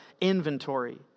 inventory